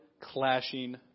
clashing